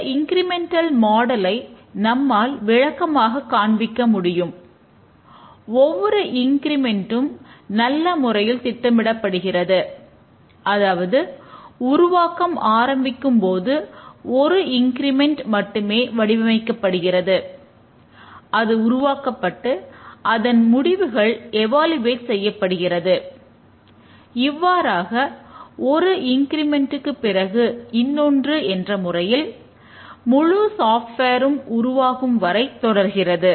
இந்த incremental model உருவாகும் வரை தொடர்கிறது